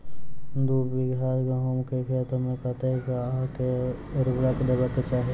दु बीघा गहूम केँ खेत मे कतेक आ केँ उर्वरक देबाक चाहि?